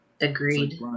Agreed